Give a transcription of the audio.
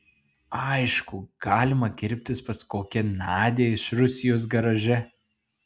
aišku galima kirptis pas kokią nadią iš rusijos garaže